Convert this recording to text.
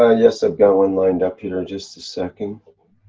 ah yes, i've got one lined up here, just a second.